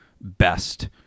best